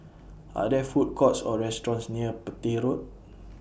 Are There Food Courts Or restaurants near Petir Road